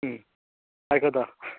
आयकता